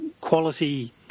quality